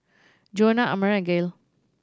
Joana Amare Gail